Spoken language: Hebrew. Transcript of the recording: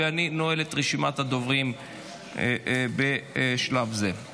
אני נועל את רשימת הדוברים בשלב זה.